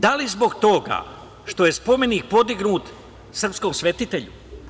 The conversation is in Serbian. Da li zbog toga što je spomenik podignut srpskom svetitelju?